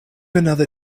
another